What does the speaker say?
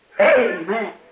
Amen